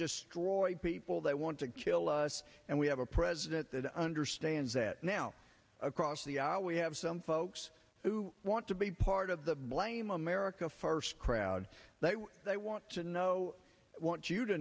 destroy people they want to kill us and we have a president that understands that now across the aisle we have some folks who want to be part of the blame america first crowd that they want to know want you to